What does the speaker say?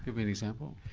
give me an example?